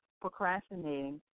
Procrastinating